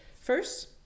first